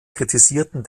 kritisierten